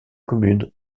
commune